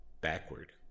backward